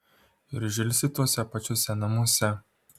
ir žilsi tuose pačiuose namuose